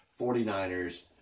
49ers